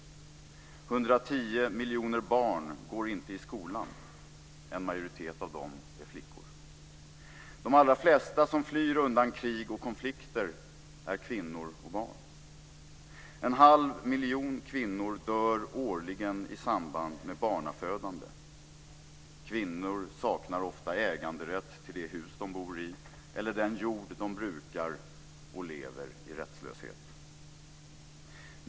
110 miljoner barn går inte i skolan. En majoritet av dem är flickor. De allra flesta som flyr undan krig och konflikter är kvinnor och barn. En halv miljon kvinnor dör årligen i samband med barnafödande. Kvinnor saknar ofta äganderätt till det hus som de bor i, till den jord som de brukar och de lever i rättslöshet.